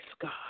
God